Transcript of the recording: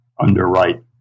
underwrite